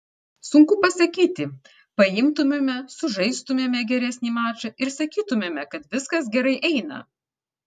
sunku pasakyti paimtumėme sužaistumėme geresnį mačą ir sakytumėme kad viskas gerai eina